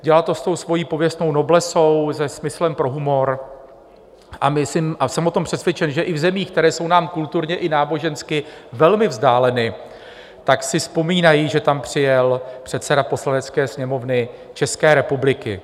Dělal to s tou svojí pověstnou noblesou, se smyslem pro humor a myslím, a jsem o tom přesvědčen, že i v zemích, které jsou nám kulturně i nábožensky velmi vzdáleny, si vzpomínají, že tam přijel předseda Poslanecké sněmovny České republiky.